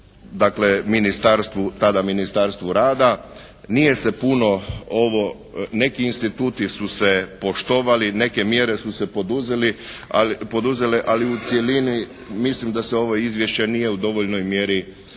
tada Ministarstvu rada. Nije se puno ovo, neki instituti su se poštovali. Neke mjere su se poduzeli ali, poduzele, ali u cjelini mislim da se ovo izvješće nije u dovoljnoj mjeri